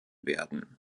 werden